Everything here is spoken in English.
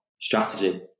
strategy